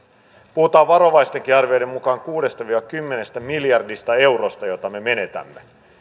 puhutaan varovaistenkin arvioiden mukaan kuudesta viiva kymmenestä miljardista eurosta jotka me menetämme